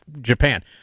Japan